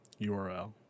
URL